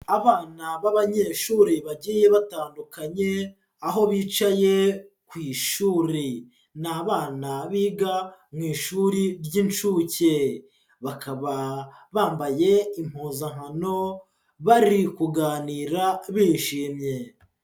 Abana b'abanyeshuri bagiye batandukanye aho bicaye ku ishuri, ni abana biga mu ishuri ry'inshuke, bakaba bambaye impuzankano bari kuganira bishimye.